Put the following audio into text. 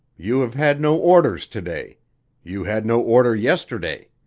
you have had no orders to-day you had no order yesterday.